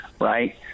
right